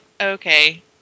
Okay